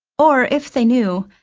or if they knew,